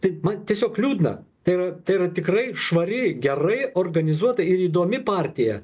taip man tiesiog liūdna tai tai yra tikrai švari gerai organizuota ir įdomi partija